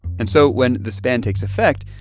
and so when this ban takes effect,